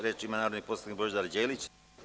Reč ima narodni poslanik Božidar Đelić.